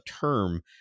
term